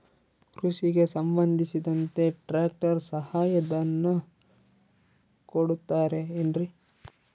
ಕೃಷಿಗೆ ಸಂಬಂಧಿಸಿದಂತೆ ಟ್ರ್ಯಾಕ್ಟರ್ ಸಹಾಯಧನ ಕೊಡುತ್ತಾರೆ ಏನ್ರಿ?